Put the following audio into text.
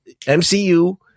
MCU